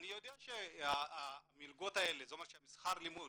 אני יודע שהמלגות האלה, זה אומר ששכר הלימוד